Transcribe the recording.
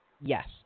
Yes